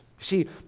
see